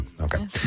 Okay